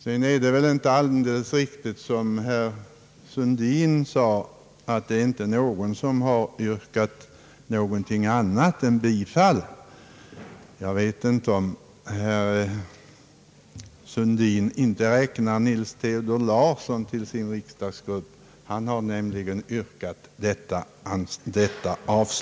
Sedan är det väl inte alldeles riktigt som herr Sundin sade att det inte är någon som har yrkat någonting annat än bifall. Jag vet inte om herr Sundin inte räknar herr Nils Theodor Larsson till sin riksdagsgrupp. Han har nämligen yrkat avslag. Herr talman!